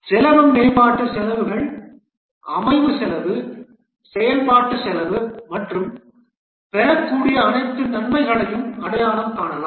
செலவு மேம்பாட்டு செலவுகள் அமைவு செலவு செயல்பாட்டு செலவு மற்றும் பெறக்கூடிய அனைத்து நன்மைகளையும் அடையாளம் காணலாம்